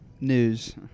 News